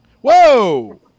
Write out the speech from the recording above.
Whoa